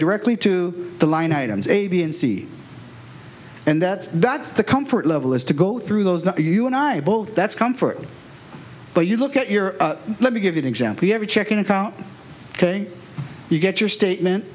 directly to the line items a b and c and that's that's the comfort level is to go through those not you and i both that's comfort but you look at your let me give you an example you have a checking account ok you get your statement